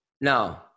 No